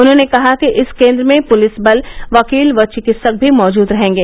उन्होंने कहा कि इस कोन्द्र में पुलिस बल वकील व चिकित्सक भी मौजूद रहेंगे